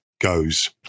goes